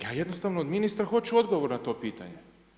Ja jednostavno od ministra hoću odgovor na to pitanje.